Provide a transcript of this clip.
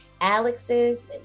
Alex's